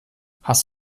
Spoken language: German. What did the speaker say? hast